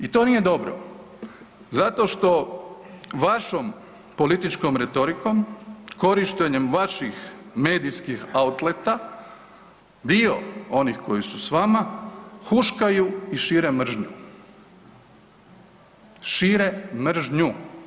I to nije dobro zato što vašom političkom retorikom, korištenjem vaših medijskih outleta dio onih koji su s vama huškaju i šire mržnju, šire mržnju.